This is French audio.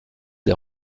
des